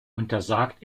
untersagt